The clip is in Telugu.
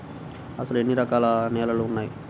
అసలు ఎన్ని రకాల నేలలు వున్నాయి?